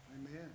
Amen